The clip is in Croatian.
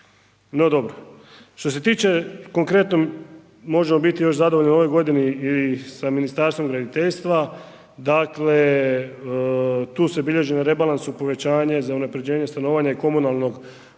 no dobro. Što se tiče konkretno možemo biti još zadovoljni u ovoj godini i sa Ministarstvom graditeljstva, dakle tu se bilježi na rebalansu povećanje za unaprjeđenje stanovanja i komunalnog